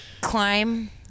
climb